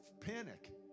panic